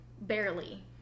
barely